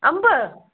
अंब